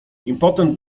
impotent